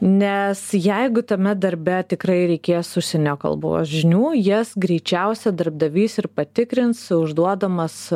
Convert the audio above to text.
nes jeigu tame darbe tikrai reikės užsienio kalbos žinių jas greičiausia darbdavys ir patikrins užduodamas